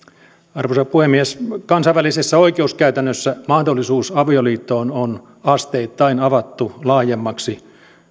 arvoisa puhemies kansainvälisessä oikeuskäytännössä mahdollisuus avioliittoon on asteittain avattu laajemmaksi